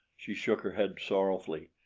she shook her head sorrowfully.